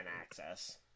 access